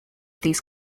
these